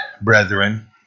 brethren